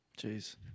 Jeez